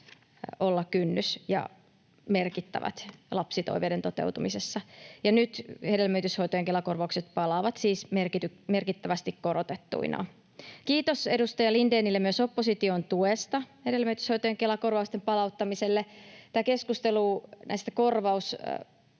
olla kynnys ja merkittävät lapsitoiveiden toteutumisessa. Nyt hedelmöityshoitojen Kela-korvaukset palaavat siis merkittävästi korotettuina. Kiitos edustaja Lindénille myös opposition tuesta hedelmöityshoitojen Kela-korvausten palauttamiselle. Tämä keskustelu näistä korvaussummista